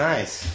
Nice